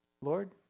Lord